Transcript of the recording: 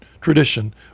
tradition